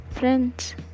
Friends